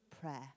prayer